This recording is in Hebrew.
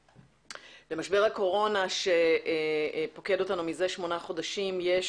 למשבר הקורונה שפוקד אותנו מזה שמונה חודשים יש